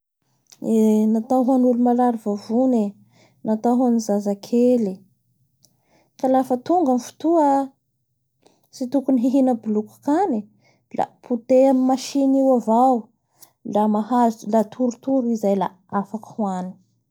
Eee! Natao hoan'olo mahararyvavony e, natao hoan'ny zazakely, ka laf tonga ny fotoa tsy tokony hihihna bolokokany la poteha amin'ny machiny io avao la mahzo la torotoro i zay la afaky hoany.